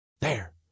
There